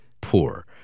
poor